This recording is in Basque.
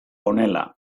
honela